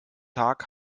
tag